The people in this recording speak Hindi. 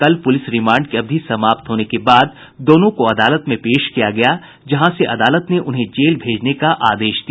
कल पुलिस रिमांड की अवधि समाप्त होने के बाद दोनों को अदालत में पेश किया गया जहां से अदालत ने उन्हें जेल भेजने का आदेश दिया